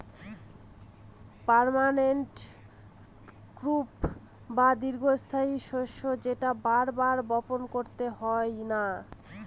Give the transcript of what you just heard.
permanent crop বা দীর্ঘস্থায়ী শস্য যেটা বার বার বপন করতে হয় না